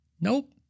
Nope